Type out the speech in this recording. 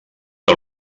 que